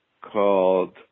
called